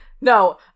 No